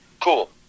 cool